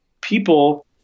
people